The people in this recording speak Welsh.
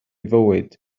fywyd